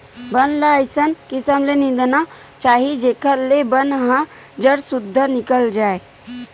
बन ल अइसे किसम ले निंदना चाही जेखर ले बन ह जर सुद्धा निकल जाए